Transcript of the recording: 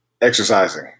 Exercising